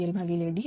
40 0